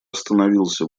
остановился